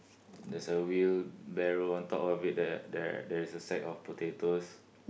there's a wheelbarrow on top of it there there there is a sack of potatoes